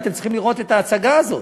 אתם צריכים לראות את ההצגה הזאת,